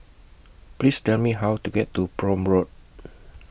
Please Tell Me How to get to Prome Road